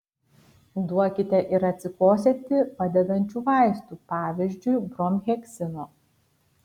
duokite ir atsikosėti padedančių vaistų pavyzdžiui bromheksino